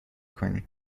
کنی